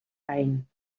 ein